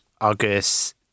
August